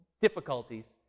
difficulties